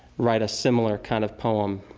write a similar kind of poem.